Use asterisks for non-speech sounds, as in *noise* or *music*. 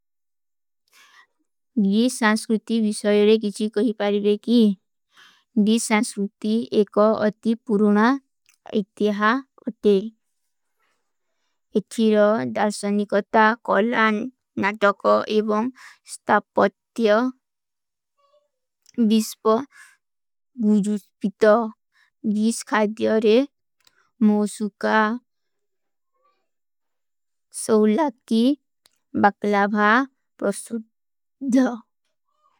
ଦୀ ଶାଂସ୍କୁର୍ତି ଵିଶଯୋରେ କିଛୀ କହୀ ପାରୀ ରେକୀ। ଦୀ ଶାଂସ୍କୁର୍ତି ଏକା ଅତୀ ପୁରୁନା ଏତିହା ଅତେ। ଏଠୀର *hesitation* ଦାଲ୍ସନୀ କତା, କଲ୍ରାନ, ନାଠକା ଏବଂ ସ୍ତାପତ୍ଯା। ଦୀ ଶାଂସ୍କୁର୍ତି ଵିଶଯୋରେ କିଛୀ କହୀ ପାରୀ ରେକୀ। ଦୀ ଶାଂସ୍କୁର୍ତି ଏକା ଅତୀ ପୁରୁନା ଏତିହା ଅତେ। ଦୀ ଶାଂସ୍କୁର୍ତି ଏକା ଅତୀ ପୁରୁନା ଏତିହା ଅତେ।